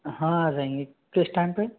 हाँ रहेंगे किस टाइम पे